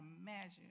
imagine